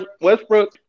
Westbrook